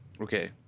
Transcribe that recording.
okay